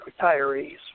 retirees